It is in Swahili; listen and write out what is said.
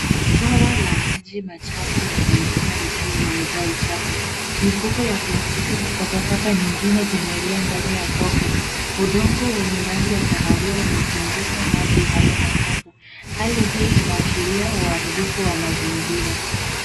Bwawa la maji machafu linaonekana likiwa limejaa uchafu. Mifuko ya plastiki na takataka nyingine zinaelea ndani ya tope. Udongo wenye rangi ya kahawia umezunguka maji hayo machafu. Hali hii inaashiria uharibifu wa mazingira.